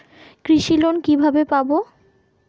কৃষি লোন কিভাবে পাব?